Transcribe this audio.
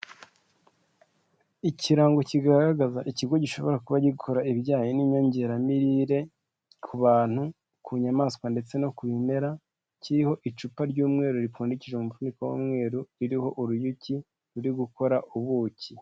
Ikirango kigaragaza Ikigo gishobora kuba gikora ibijyanye n'inyongeramirire ku bantu, ku nyamaswa ndetse no ku bimera, kiriho icupa ry'umweru ripfundikishije umufuniko w'umweru ririho uruyuki ruri gukora ubuki.